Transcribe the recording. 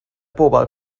bobl